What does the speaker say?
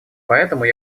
поэтому